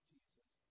Jesus